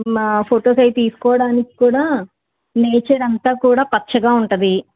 మా ఫొటోస్ అవి తీసుకోడానిక్కూడా నేచర్ అంతా కూడా పచ్చగా ఉంటుంది